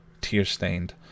tear-stained